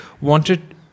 wanted